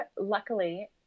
luckily